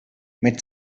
mit